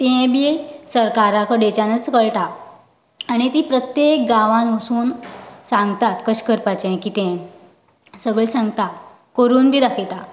तें बी सरकारा कडेच्यानूच कळटा आनी ती प्रत्येक गांवांत वचून सांगतात कशे करपाचे कितें सगळे सांगता करून बी दाखयता